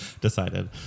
decided